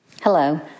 Hello